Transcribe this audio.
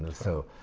and so,